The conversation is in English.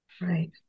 Right